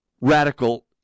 radical